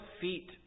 feet